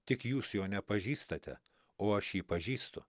tik jūs jo nepažįstate o aš jį pažįstu